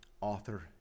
author